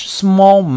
small